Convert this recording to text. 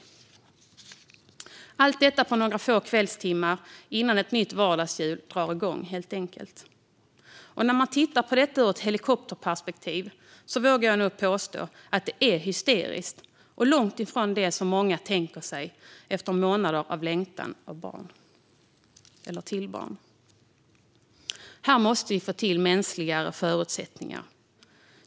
Allt detta ska hinnas med på några få kvällstimmar innan ett nytt vardagshjul drar igång. Jag vågar nog påstå att det sett ur ett helikopterperspektiv är hysteriskt och långt ifrån det som många har tänkt sig efter månader av längtan efter barn. Här måste vi få till mänskligare förutsättningar.